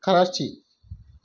Karachi